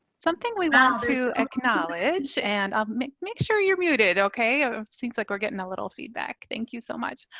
something we want to acknowledge and make make sure you're muted okay. it ah seems like we're getting a little feedback, thank you so much.